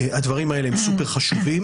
הדברים האלה הם מאוד חשובים.